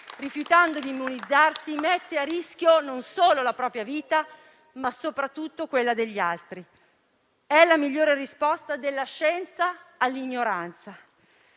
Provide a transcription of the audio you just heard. rifiutando di immunizzarsi, mette a rischio non solo la propria vita, ma soprattutto quella degli altri; è la migliore risposta della scienza all'ignoranza.